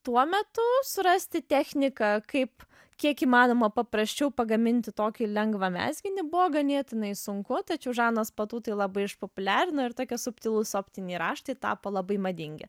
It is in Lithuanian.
tuo metu surasti techniką kaip kiek įmanoma paprasčiau pagaminti tokį lengvą mezginį buvo ganėtinai sunku tačiau žanas patu tai labai išpopuliarino ir tokie subtilūs optiniai raštai tapo labai madingi